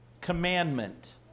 commandment